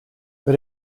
but